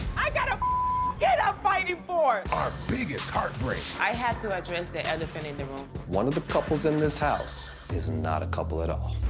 i got a kid ah i'm fighting for! our biggest heartbreaks! i had to address the elephant in the room. one of the couples in this house is not a couple at all.